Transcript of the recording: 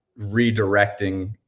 redirecting